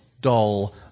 dull